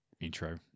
intro